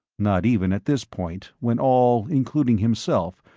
not even at this point when all, including himself,